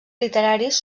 literaris